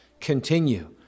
continue